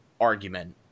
argument